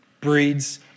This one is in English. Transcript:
breeds